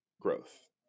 growth